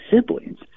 siblings